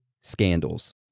scandals